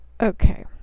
Okay